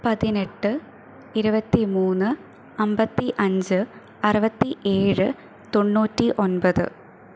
പതിനെട്ട് ഇരുപത്തി മൂന്ന് അൻപത്തി അഞ്ച് അറുപത്തി ഏഴ് തൊണ്ണൂറ്റി ഒൻപത്